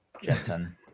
jensen